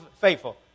faithful